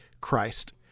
Christ